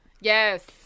Yes